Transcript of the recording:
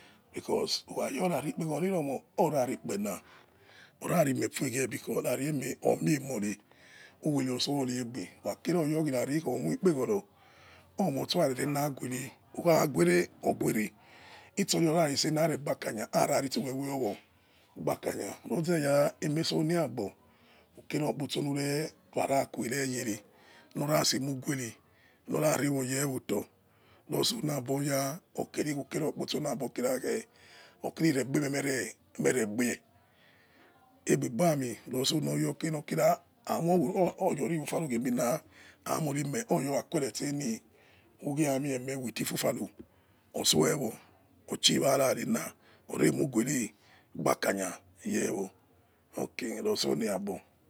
Because ukhayor rari ikpegor ni ror mor orarekpe na ora ri mie fie gie rari emeh omie emor reh uwere otso oregbe okha kira okirari omoi ikpegori omo sturere naguere ukha guere or guere itsori roraretse nare gbakanya araritsi wewewo gba akanya roze eyara emeh so ne wagbor ukero okpotso nu re waraque reyere ora semuguere rorare ewo yewotor notso naboya okere ikhu kero okpotso nabor kirakhe okiri regbemeh meh re gbie egbe bi ami roso noya keh nokira omo oya rufufa ro gie emina amor meh oya oraquere steni ugi amie meh with ufufa aro ortsuewor otchiwa rare na ore emuguere gba akanya yrwo oki rotsonewa agbor